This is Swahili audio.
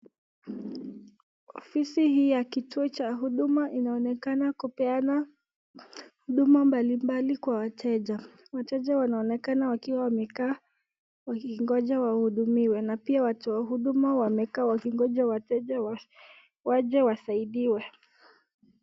Ofisi hii ya kituo cha huduma inaonekana kupeana huduma mbalimbali kwa wateja, wateja wanaonekana wakiwa wamekaa wakingoja wahudumiwe. Na pia watu wa huduma wamekaa wakingoja wateja waje wasaidiwe.